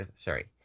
Sorry